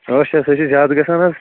ٲٹھ شَتھ سُہ ہَے چھِ زیادٕ گژھان حظ